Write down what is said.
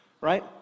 Right